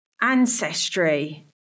ancestry